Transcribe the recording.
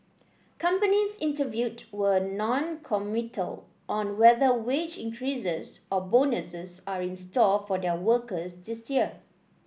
companies interviewed were noncommittal on whether wage increases or bonuses are in store for their workers this year